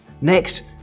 Next